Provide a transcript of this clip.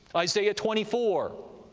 isaiah twenty four,